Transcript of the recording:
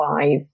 five